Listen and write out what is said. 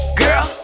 girl